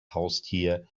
haustier